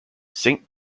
saint